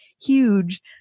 huge